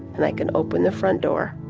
and i can open the front door,